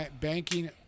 banking